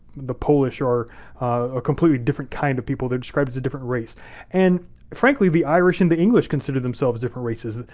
the polish are a completely different kind of people. they're described as a different race and frankly, the irish and the english considered themselves different races.